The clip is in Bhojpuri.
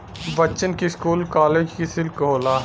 बच्चन की स्कूल कालेग की सिल्क होला